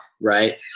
Right